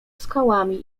skałami